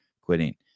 quitting